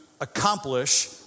accomplish